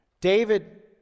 David